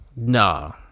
No